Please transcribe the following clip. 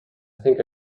think